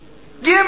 ג.